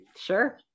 sure